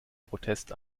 protest